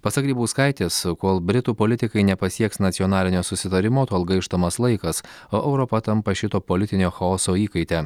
pasak grybauskaitės kol britų politikai nepasieks nacionalinio susitarimo tol gaištamas laikas o europa tampa šito politinio chaoso įkaite